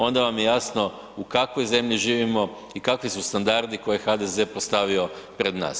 Onda vam je jasno u kakvoj zemlji živimo i kakvi su standardi koje je HDZ postavio pred nas.